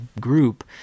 group